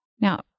Now